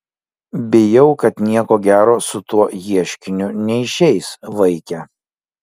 bijau kad nieko gero su tuo ieškiniu neišeis vaike